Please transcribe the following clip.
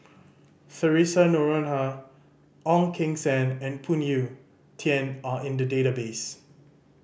Theresa Noronha Ong Keng Sen and Phoon Yew Tien are in the database